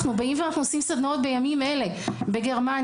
אנחנו באים ועושים סדנאות בימים אלה בגרמניה,